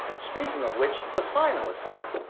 speaking of which, the finalists are.